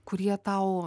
kurie tau